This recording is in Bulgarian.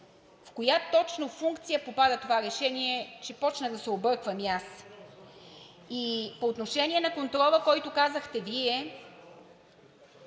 В коя точно функция попада това решение, че започнах да се обърквам и аз? И по отношение на контрола, който казахте Вие